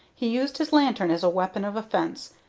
he used his lantern as a weapon of offence,